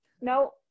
no